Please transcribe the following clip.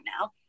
now